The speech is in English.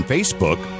Facebook